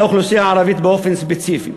על האוכלוסייה הערבית באופן ספציפי.